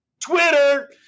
Twitter